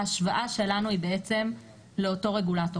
ההשוואה שלנו היא לאותו רגולטור.